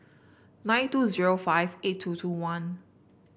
nine two zero five eight two two one